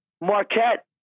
Marquette